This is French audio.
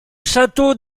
château